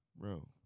bro